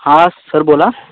हां सर बोला